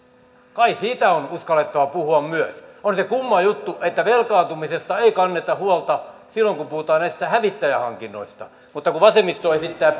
kai siitä on uskallettava puhua myös on se kumma juttu että velkaantumisesta ei kanneta huolta silloin kun puhutaan näistä hävittäjähankinnoista mutta kun vasemmisto esittää